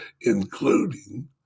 including